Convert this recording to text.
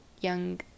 young